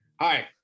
hi